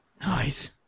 Nice